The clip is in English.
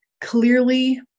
clearly